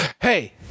hey